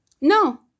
no